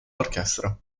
orchestra